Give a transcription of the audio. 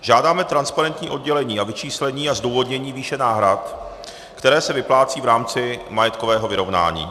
Žádáme transparentní oddělení a vyčíslení a zdůvodnění výše náhrad, které se vyplácejí v rámci majetkového vyrovnání.